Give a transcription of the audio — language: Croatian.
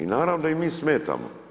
I naravno da im mi smetamo.